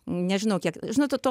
nežinau kiek žinot tuo